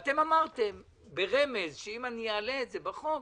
אמרתם ברמז שאם אעלה את זה בחוק,